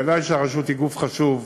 ודאי שהרשות היא גוף חשוב,